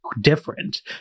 different